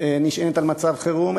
נשענים על מצב חירום,